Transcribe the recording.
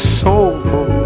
soulful